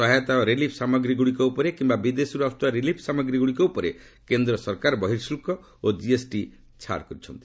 ସହାୟତା ଓ ରିଲିଫ୍ ସାମଗ୍ରୀଗୁଡ଼ିକ ଉପରୁ କିମ୍ବା ବିଦେଶରୁ ଆସୁଥିବା ରିଲିଫ୍ ସାମଗ୍ରୀଗୁଡ଼ିକ ଉପରେ କେନ୍ଦ୍ର ସରକାର ବହିଃଶୁଳ୍କ ଓ ଜିଏସ୍ଟି ଛାଡ଼ କରିଛନ୍ତି